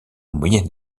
moyen